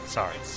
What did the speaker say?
Sorry